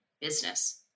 business